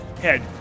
head